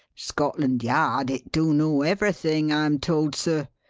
scotland yard it do know everything, i'm told, sir.